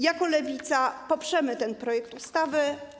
Jako Lewica poprzemy ten projekt ustawy.